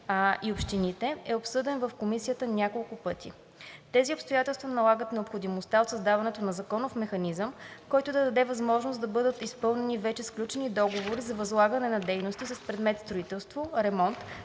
и общините е обсъждан в Комисията няколко пъти. Тези обстоятелства налагат необходимостта от създаването на законов механизъм, който да даде възможност да бъдат изпълнени вече сключени договори за възлагане на дейности с предмет строителство, ремонт,